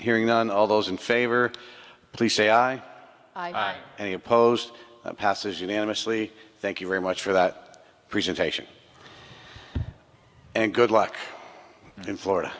hearing on all those in favor please say i any opposed passes unanimously thank you very much for that presentation and good luck in florida